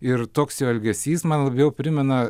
ir toks jo elgesys man labiau primena